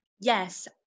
Yes